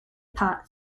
pot